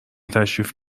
تشریف